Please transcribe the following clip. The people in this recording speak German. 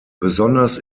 besonders